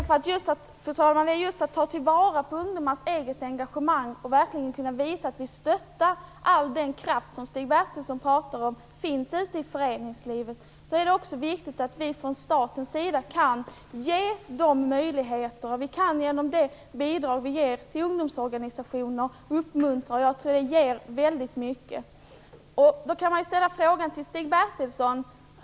Fru talman! Vi vill ta till vara ungdomars eget engagemang och verkligen kunna visa att vi stöttar all den kraft som Stig Bertilsson säger finns ute i föreningslivet. Då är det också viktigt att staten kan ge dem möjligheter. Genom det bidrag vi ger till ungdomsorganisationerna kan vi uppmuntra dem. Jag tror att det ger väldigt mycket. Låt mig då ställa en fråga till Stig Bertilsson.